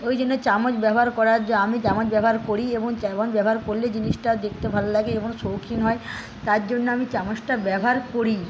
ওই জন্য চামচ ব্যবহার করা আমি চামচ ব্যবহার করি এবং চামচ ব্যবহার করলে জিনিসটা দেখতে ভাললাগে এবং শৌখিন হয় তার জন্য আমি চামচটা ব্যবহার করিই